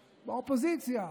באופוזיציה,